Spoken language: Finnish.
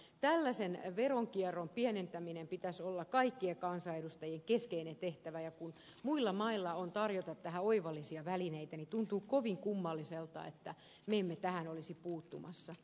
tällaisen veronkierron pienentämisen pitäisi olla kaikkien kansanedustajien keskeinen tehtävä ja kun muilla mailla on tarjota tähän oivallisia välineitä niin tuntuu kovin kummalliselta että me emme tähän olisi puuttumassa